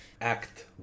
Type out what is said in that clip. Act